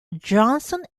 johnson